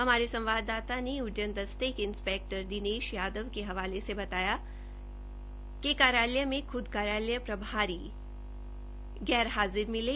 हमारे संवाददाता ने उड्डन दस्ते के इंस्पैक्टर दिनेश यादव के हवाले से बताया कि इस्टेट कार्यालय में खूद कार्यालय प्रभारी नदारद मिले है